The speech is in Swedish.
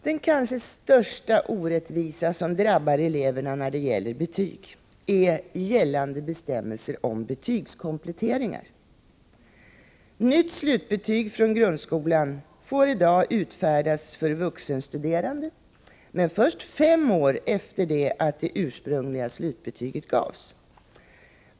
Den kanske största orättvisa som drabbar eleverna i fråga om betyg är gällande bestämmelser om betygskompletteringar. Nytt slutbetyg från grundskolan får i dag utfärdas för vuxenstuderande, men först fem år efter det att det ursprungliga slutbetyget gavs.